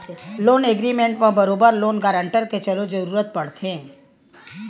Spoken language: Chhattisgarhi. लोन एग्रीमेंट म बरोबर लोन गांरटर के घलो जरुरत पड़थे